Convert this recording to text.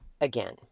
again